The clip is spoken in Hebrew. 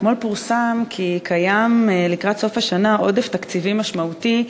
אתמול פורסם כי קיים לקראת סוף השנה עודף תקציבי משמעותי,